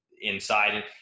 inside